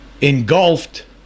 engulfed